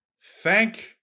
Thank